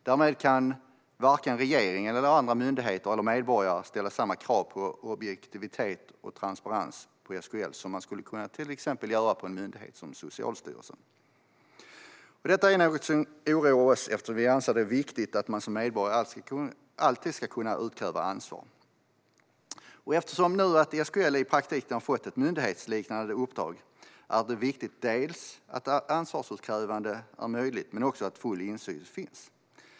Därmed kan varken regeringen, andra myndigheter eller medborgare ställa samma krav på objektivitet och transparens på SKL som man skulle kunna göra på till exempel en myndighet som Socialstyrelsen. Detta är någonting som oroar oss, eftersom vi anser att det är viktigt att man som medborgare alltid ska kunna utkräva ansvar. Eftersom SKL nu i praktiken har fått ett myndighetsliknande uppdrag är det viktigt att ansvarsutkrävande är möjligt men också att full insyn finns.